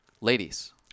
Ladies